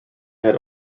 had